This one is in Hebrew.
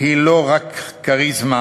היא לא רק כריזמה,